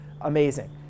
amazing